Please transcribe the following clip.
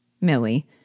Millie